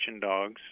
dogs